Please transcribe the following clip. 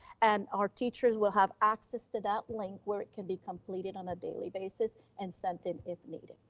and our teachers will have access to that link where it can be completed on a daily basis and sent in if needed.